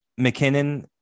McKinnon